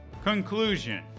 Conclusion